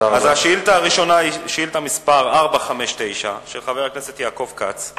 ביום ח' בכסלו התש"ע